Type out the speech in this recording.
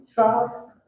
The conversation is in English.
Trust